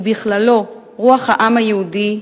ובכללו רוח העם היהודי,